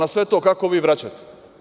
Na sve to, kako vi vraćate?